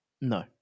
No